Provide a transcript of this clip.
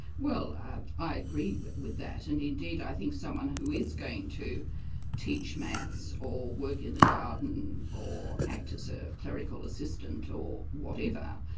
well and i agree with with that, and indeed i think someone who is going to teach maths or work in the garden or act as a clerical assistant, or whatever,